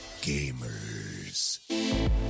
gamers